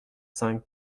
cinq